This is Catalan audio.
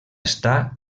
està